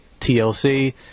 TLC